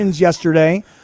yesterday